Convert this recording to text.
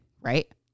Right